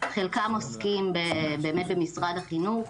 חלקם עוסקים באמת במשרד החינוך,